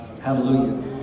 Hallelujah